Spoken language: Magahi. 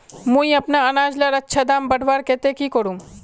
मुई अपना अनाज लार अच्छा दाम बढ़वार केते की करूम?